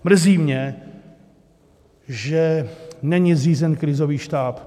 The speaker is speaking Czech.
Mrzí mě, že není zřízen krizový štáb.